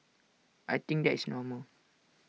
I think that is normal